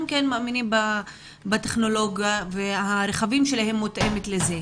כן מאמינים בטכנולוגיה והרכבים שלהם מותאמים לזה.